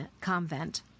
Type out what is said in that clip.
convent